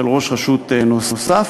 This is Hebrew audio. של ראש רשות נוסף.